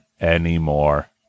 anymore